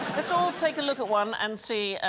let's all take a look at one and see ah,